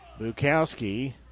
Bukowski